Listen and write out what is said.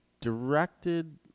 directed